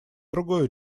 другое